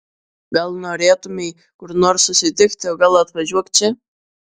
gal norėtumei kur nors susitikti o gal atvažiuok čia